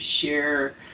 share